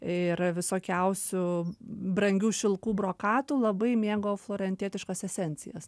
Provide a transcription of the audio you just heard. ir visokiausių brangių šilkų brokatų labai mėgo florentietiška esencijas